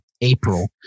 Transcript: april